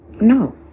no